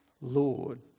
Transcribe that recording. Lord